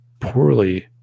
poorly